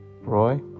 roy